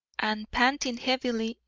and, panting heavily,